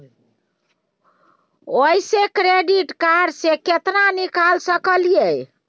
ओयसे credit card से केतना निकाल सकलियै?